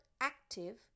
active